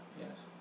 Yes